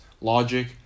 logic